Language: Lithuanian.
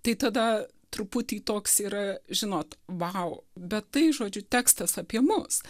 tai tada truputį toks yra žinot vau bet tai žodžiu tekstas apie mus